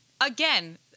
again